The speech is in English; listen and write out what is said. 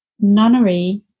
nunnery